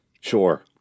sure